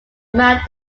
mount